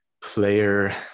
player